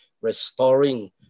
restoring